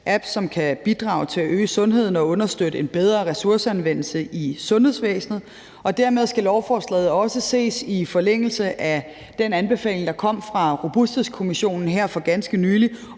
som kan bidrage til at øge sundheden og understøtte en bedre ressourceanvendelse i sundhedsvæsenet, og dermed skal lovforslaget også ses i forlængelse af den anbefaling, der kom fra Robusthedskommissionen her for ganske nylig,